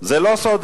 זה לא סוד,